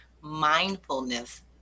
mindfulness